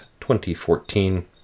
2014